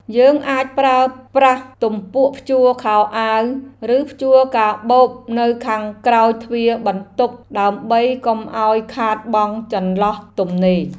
យើងអាចប្រើប្រាស់ទំពក់ព្យួរខោអាវឬព្យួរកាបូបនៅខាងក្រោយទ្វារបន្ទប់ដើម្បីកុំឱ្យខាតបង់ចន្លោះទំនេរ។